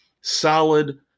solid